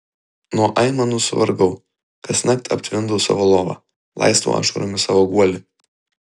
nuo aimanų suvargau kasnakt aptvindau savo lovą laistau ašaromis savo guolį